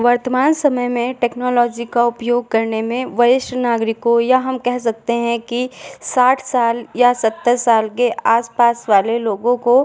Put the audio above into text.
वर्तमान समय में टेक्नोलॉज़ी का उपयोग करने में वरिष्ठ नागरिकों या हम कहे सकते हैं कि साठ साल या सत्तर साल के आस पास वाले लोगों को